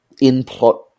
in-plot